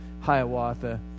Hiawatha